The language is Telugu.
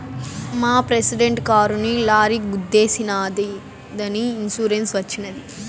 మా ప్రెసిడెంట్ కారుని లారీ గుద్దేశినాదని ఇన్సూరెన్స్ వచ్చినది